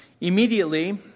Immediately